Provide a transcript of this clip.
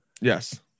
Yes